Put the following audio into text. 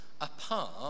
Apart